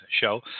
show